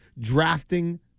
drafting